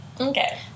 Okay